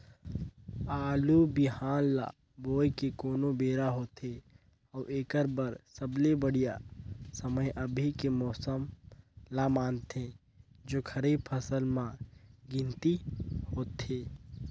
आलू बिहान ल बोये के कोन बेरा होथे अउ एकर बर सबले बढ़िया समय अभी के मौसम ल मानथें जो खरीफ फसल म गिनती होथै?